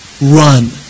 run